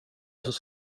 oss